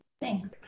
Thanks